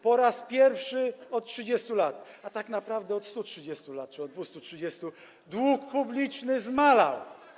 Po raz pierwszy od 30 lat, a tak naprawdę od 130 lat czy od 230, dług publiczny zmalał.